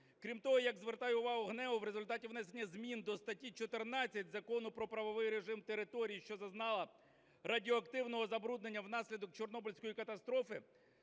Крім того, як звертає увагу ГНЕУ, в результаті внесення змін до статті 14 Закону "Про правовий режим території, що зазнала радіоактивного забруднення внаслідок Чорнобильської катастрофи"